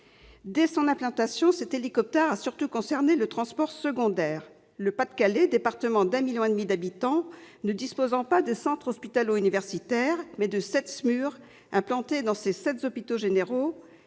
Dès son implantation, cet hélicoptère a surtout concerné le transport secondaire, le Pas-de-Calais, département de 1,5 million d'habitants ne disposant pas de centre hospitalo-universitaire, mais bénéficiant de sept SMUR implantés dans ses sept hôpitaux généraux.